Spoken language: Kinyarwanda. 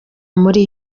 muri